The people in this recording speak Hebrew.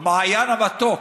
המעיין המתוק.